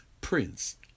Prince